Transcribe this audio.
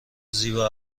زیبا